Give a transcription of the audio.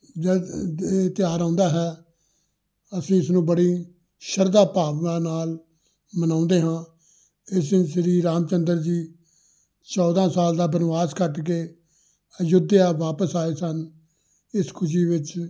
ਜਦੋਂ ਇਹ ਤਿਉਹਾਰ ਆਉਂਦਾ ਹੈ ਅਸੀਂ ਇਸ ਨੂੰ ਬੜੀ ਸ਼ਰਧਾ ਭਾਵਨਾ ਨਾਲ ਮਨਾਉਂਦੇ ਹਾਂ ਇਸ ਦਿਨ ਸ਼੍ਰੀ ਰਾਮ ਚੰਦਰ ਜੀ ਚੌਦਾਂ ਸਾਲ ਦਾ ਬਨਵਾਸ ਕੱਟ ਕੇ ਅਯੁੱਧਿਆ ਵਾਪਸ ਆਏ ਸਨ ਇਸ ਖੁਸ਼ੀ ਵਿੱਚ